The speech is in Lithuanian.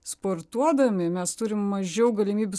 sportuodami mes turim mažiau galimybių